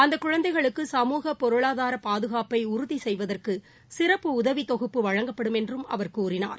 அந்த குழந்தைகளுக்கு சமூக பொருளாதார பாதுகாப்பை உறுதி செய்வதற்கு சிறப்பு உதவி தொகுப்பு வழங்கப்படும் என்றும் அவர் கூறினார்